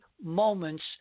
moments